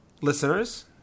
listeners